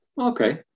Okay